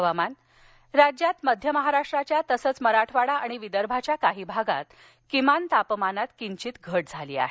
हवामान राज्यात मध्य महाराष्ट्राच्या तसच मराठवाडा आणि विदर्भाच्या काही भागात तरकिमान तापमानात किंचित घट झाली आहे